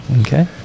Okay